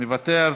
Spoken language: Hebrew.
מוותר,